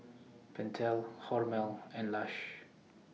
Pentel Hormel and Lush